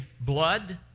blood